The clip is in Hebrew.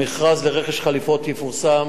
המכרז לרכש חליפות יפורסם.